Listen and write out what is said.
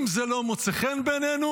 אם זה לא מוצא חן בעינינו,